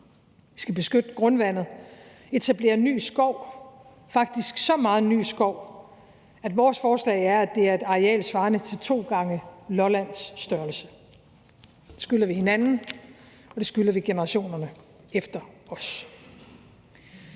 Vi skal beskytte grundvandet, etablere ny skov – faktisk så meget ny skov, at vores forslag er, at det er et areal svarende til to gange Lollands størrelse. Det skylder vi hinanden, og det skylder vi generationerne efter os.